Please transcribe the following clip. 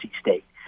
State